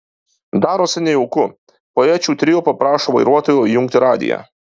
darosi nejauku poečių trio paprašo vairuotojo įjungti radiją